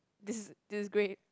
this is this is great